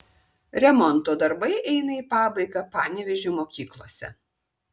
remonto darbai eina į pabaigą panevėžio mokyklose